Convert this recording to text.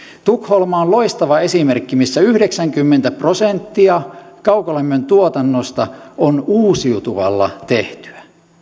tukholma on loistava esimerkki missä yhdeksänkymmentä prosenttia kaukolämmön tuotannosta on uusiutuvalla tehtyä